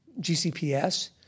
GCPS